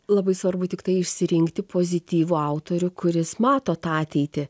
labai svarbu tiktai išsirinkti pozityvų autorių kuris mato tą ateitį